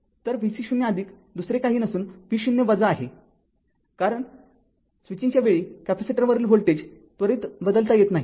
तर vc0 दुसरे काही नसून vc 0 आहेकारण स्विचिंगच्या वेळी कॅपेसिटरवरील व्होल्टेज त्वरित बदलता येत नाही